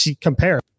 compare